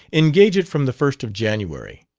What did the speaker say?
engage it from the first of january.